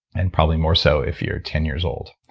and probably more so if you're ten years old.